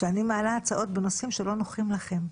כי הוא מצא שאני מעלה הצעות בנושאים שלא נוחים לכם.